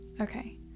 Okay